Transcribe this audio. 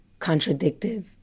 contradictive